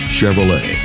Chevrolet